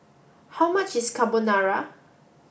how much is Carbonara